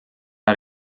out